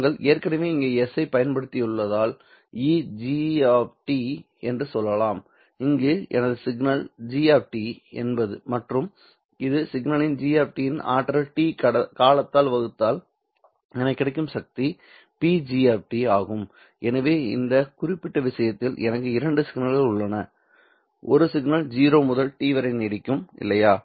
நாங்கள் ஏற்கனவே இங்கே s ஐப் பயன்படுத்தியுள்ளதால் E g என்று சொல்லலாம் அங்கு எனது சிக்னல் g மற்றும் இது சிக்னலின் g இன் ஆற்றலை t காலத்தால் வகுத்தால் எனக்கு கிடைக்கும் சக்தி Pg ஆகும் எனவே இந்த குறிப்பிட்ட விஷயத்தில் எனக்கு இரண்டு சிக்னல்கள் உள்ளன ஒரு சிக்னல் 0 முதல் t வரை நீடிக்கும் இல்லையா